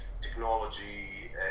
technology